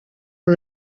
uru